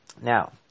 Now